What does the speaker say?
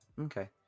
Okay